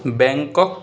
Bangkok